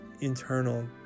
internal